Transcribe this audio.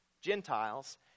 Gentiles